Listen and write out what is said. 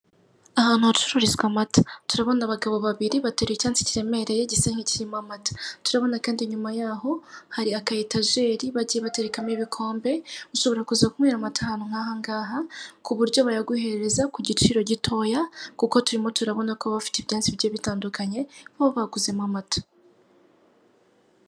Ahantu hacururizwa amata turabona abagabo babiri bateruye icyansi kiremereye gisa nkikirimo amata, turabona kandi inyuma yaho hari aka etajeri bagiye baterekamo ibikombe ushobora kuza kunywera amata ahantu nk'ahangaha ku buryo bayaguhereza ku giciro gitoya, kuko turimo turabona ko baba bafite ibyansi bigiye bitandukanye baba baguzemo amata.